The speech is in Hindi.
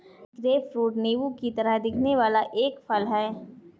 ग्रेपफ्रूट नींबू की तरह दिखने वाला एक फल है